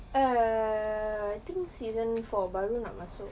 err I think season four baru nak masuk